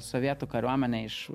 sovietų kariuomenė iš